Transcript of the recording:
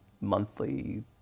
monthly